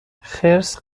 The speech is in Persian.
خرس